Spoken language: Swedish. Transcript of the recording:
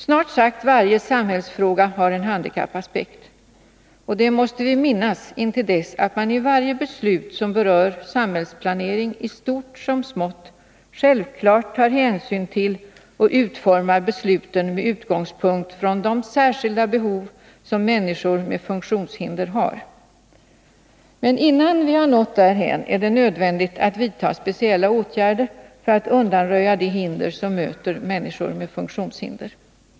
Snart sagt varje samhällsfråga har en handikappaspekt. Och det måste vi minnas intill dess att man i varje beslut som berör samhällsplanering — i stort som smått — självklart tar hänsyn till och utformar besluten med utgångspunkt från de särskilda behov som människor med funktionshinder har. Men innan vi har nått därhän är det nödvändigt att vidta speciella åtgärder för att undanröja de hinder som möter människor med funktionshinder.